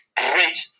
great